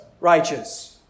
righteous